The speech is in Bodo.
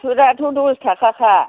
सुतआथ' दस थाखा खा